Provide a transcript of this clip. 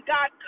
God